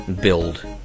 build